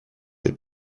les